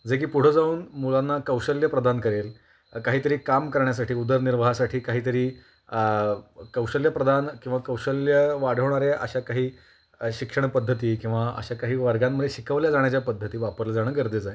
जे की पुढं जाऊन मुलांना कौशल्य प्रदान करेल काहीतरी काम करण्यासाठी उदरनिर्वाहासाठी काहीतरी कौशल्य प्रदान किंवा कौशल्य वाढवणाऱ्या अशा काही शिक्षणपद्धती किंवा अशा काही वर्गांमधे शिकवल्या जाण्याच्या पद्धती वापरलं जाणं गरजेचं आहे